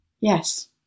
Yes